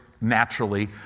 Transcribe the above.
naturally